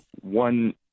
one